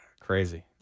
crazy